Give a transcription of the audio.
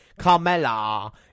Carmella